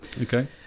okay